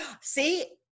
see